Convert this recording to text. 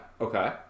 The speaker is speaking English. okay